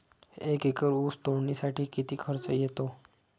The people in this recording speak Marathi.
एक एकर ऊस तोडणीसाठी किती खर्च येतो?